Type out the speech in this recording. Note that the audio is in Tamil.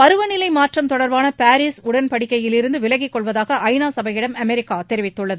பருவநிலை மாற்றம் தொடர்பான பாரீஸ் உடன்படிக்கையிலிருந்து விலகிக்கொள்வதாக ஐநா சபையிடம் அமெரிக்கா தெரிவித்துள்ளது